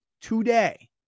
today